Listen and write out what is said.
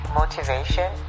motivation